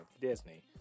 Disney